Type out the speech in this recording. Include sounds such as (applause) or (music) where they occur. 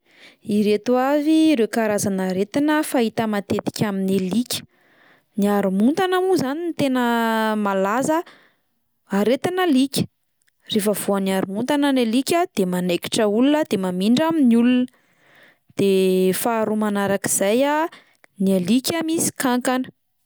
Ireto avy ireo karazan'aretina fahita matetika amin'ny alika: ny harimontana moa zany no tena (hesitation) malaza aretin'alika, rehefa voan'ny haromontana ny alika de manaikitra olona de mamindra amin'ny olona, de (hesitation) faharoa manarak'izay a, ny alika misy kankana.